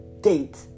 date